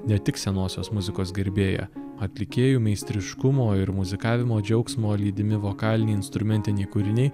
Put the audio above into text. ne tik senosios muzikos gerbėją atlikėjų meistriškumo ir muzikavimo džiaugsmo lydimi vokaliniai instrumentiniai kūriniai